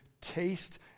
taste